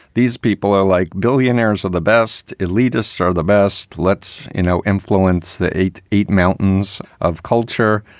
these people are like billionaires of the best, elitist are the best. let's, you know, influence the eight eight mountains of culture,